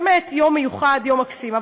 באמת יום מיוחד ויום מקסים,